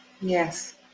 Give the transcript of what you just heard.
Yes